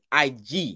IG